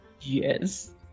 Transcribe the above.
Yes